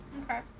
Okay